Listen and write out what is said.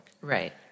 Right